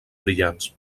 brillants